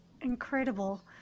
Incredible